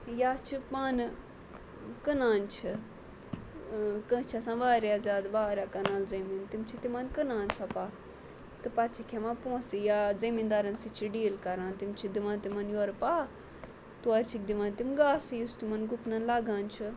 یا چھِ پانہٕ کٕنان چھِ کٲنٛسہِ چھِ آسان واریاہ زیادٕ واریاہ کَنال زٔمیٖن تِم چھِ تِمَن کٕنان چھۄپاہ تہٕ پَتہٕ چھِکھ ہیوان پونٛسہٕ یا زٔمیٖندارَن سۭتۍ چھِ ڈیٖل کَران تِم چھِ دِوان تِمَن یورٕ پَہہ تورِ چھِکھ دِوان تِم گاسہٕ یُس تِمَن گُپنَن لَگان چھُ